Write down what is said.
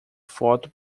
foto